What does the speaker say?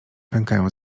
pękają